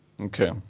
Okay